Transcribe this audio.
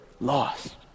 Lost